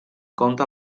compte